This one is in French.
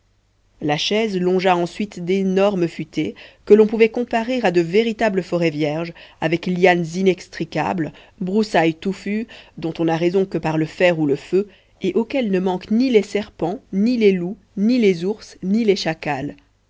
la chaise longea ensuite d'énormes futaies que l'on pouvait comparer à de véritables forêts vierges avec lianes inextricables broussailles touffues dont on n'a raison que par le fer ou le feu et auxquelles ne manquent ni les serpents ni les loups ni les ours ni les chacals